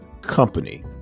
company